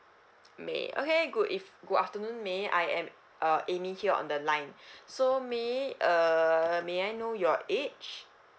may okay good eve~ good afternoon may I am uh amy here on the line so may err may I know your age